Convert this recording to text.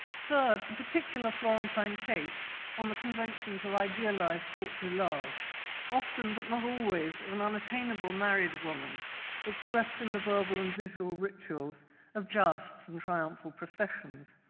third, the particular florentine take on the conventions of idealized courtly love often, but not always, of an unattainable married woman expressed in the verbal and visual rituals of jousts and triumphal processions.